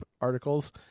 articles